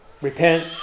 Repent